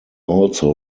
also